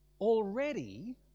already